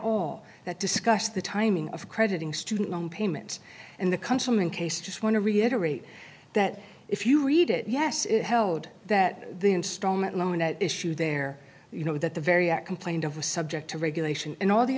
all that discussed the timing of crediting student loan payments and the counseling case just want to reiterate that if you read it yes it held that the installment loan at issue there you know that the very act complained of a subject to regulation in all the